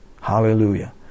Hallelujah